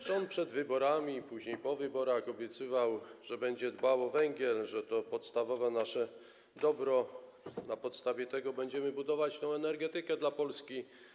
Rząd przed wyborami i później po wyborach obiecywał, że będzie dbał o węgiel, że to nasze podstawowe dobro, na podstawie tego będziemy budować tę energetykę dla Polski.